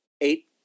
eight